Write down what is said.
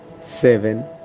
Seven